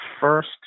first